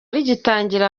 rigitangira